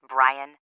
Brian